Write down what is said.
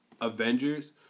Avengers